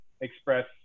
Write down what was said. express